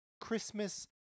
Christmas